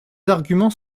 arguments